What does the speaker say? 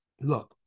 Look